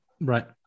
Right